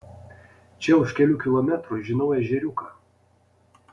čia už kelių kilometrų žinau ežeriuką